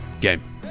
game